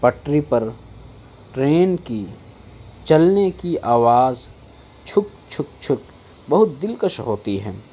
پٹری پر ٹرین کی چلنے کی آواز چھک چھک چھک بہت دلکش ہوتی ہے